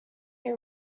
who